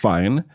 Fine